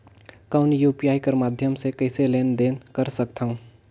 कौन यू.पी.आई कर माध्यम से कइसे लेन देन कर सकथव?